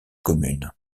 commune